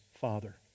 father